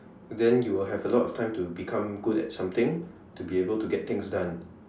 then you will have a lot of time to become good at something to be able to get things done